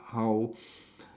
how